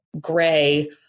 gray